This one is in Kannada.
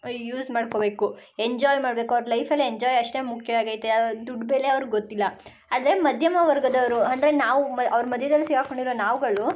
ಯೂಸ್ ಮಾಡ್ಕೋಬೇಕು ಎಂಜಾಯ್ ಮಾಡಬೇಕು ಅವ್ರ ಲೈಫಲ್ಲಿ ಎಂಜಾಯ್ ಅಷ್ಟೇ ಮುಖ್ಯ ಆಗೈತೆ ಆ ದುಡ್ಡು ಬೆಲೆ ಅವ್ರ್ಗೆ ಗೊತ್ತಿಲ್ಲ ಆದರೆ ಮಧ್ಯಮ ವರ್ಗದವರು ಅಂದರೆ ನಾವು ಅವ್ರ ಮಧ್ಯದಲ್ಲಿ ಸಿಕಾಕ್ಕೊಂಡಿರೋ ನಾವುಗಳು